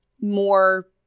more